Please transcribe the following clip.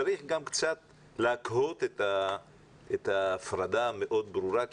צריך גם קצת להקהות את ההפרדה המאוד ברורה כי